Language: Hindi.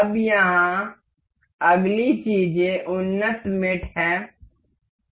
अब यहाँ अगली चीजें उन्नत मेट हैं